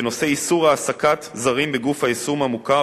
בנושא איסור העסקת זרים בגוף היישום המוכר